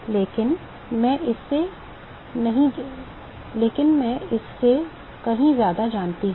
लेकिन मैं इससे कहीं ज्यादा जानता हूं